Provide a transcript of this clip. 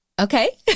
Okay